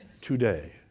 today